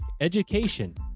education